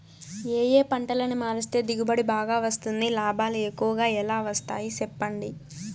ఏ ఏ పంటలని మారిస్తే దిగుబడి బాగా వస్తుంది, లాభాలు ఎక్కువగా ఎలా వస్తాయి సెప్పండి